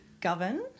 Govern